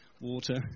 water